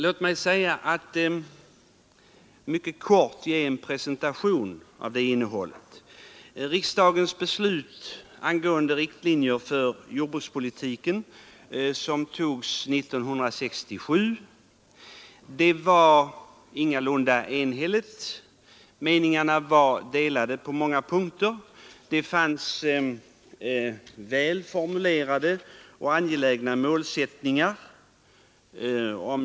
Låt mig här ge en mycket kort presentation av detsamma. Riksdagens beslut 1967 rörande riktlinjer för jordbrukspolitiken var ingalunda enhälligt. På många punkter var meningarna delade. Det fanns också väl formulerade och angelägna målsättningar.